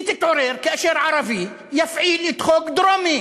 היא תתעורר כאשר ערבי יפעיל את חוק דרומי,